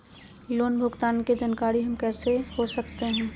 Loan भुगतान की जानकारी हम कैसे हो सकते हैं?